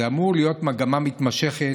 זו אמרוה להיות מגמה מתמשכת.